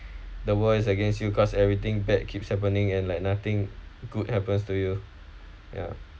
the world is against you cause everything bad keeps happening and like nothing good happens to you ya